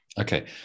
Okay